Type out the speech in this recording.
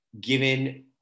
given